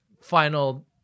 final